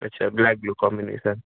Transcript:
अच्छा black blue combination